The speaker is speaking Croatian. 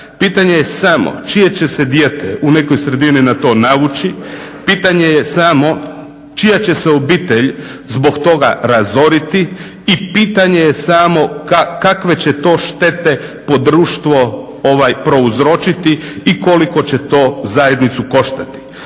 Pitanje je samo čije će se dijete u nekoj sredini na to navući, pitanje je samo čija će se obitelj zbog toga razoriti i pitanje je samo kakve će to štete po društvo prouzročiti i koliko će to zajednicu koštati.